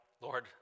Lord